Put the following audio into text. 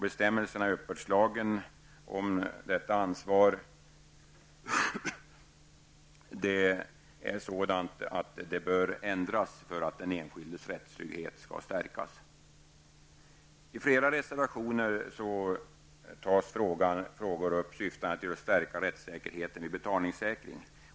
Bestämmelserna i uppbördslagen om detta ansvar bör ändras i syfte att stärka den enskildes rättstrygghet. I flera reservationer tas frågor upp som syftar till att stärka rättssäkerheten vid betalningssäkring.